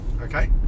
okay